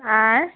आयँ